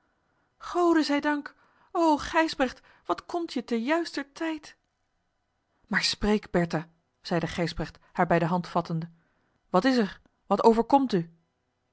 gode zij dank o gijsbrecht wat komt je te juister tijd maar spreek bertha zeide gijsbrecht haar bij de hand vattende wat is er wat overkomt u